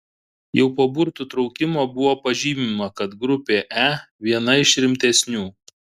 jau po burtų traukimo buvo pažymima kad grupė e viena iš rimtesnių